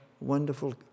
wonderful